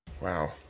Wow